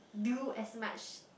do as much